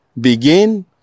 begin